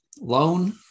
loan